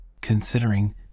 Considering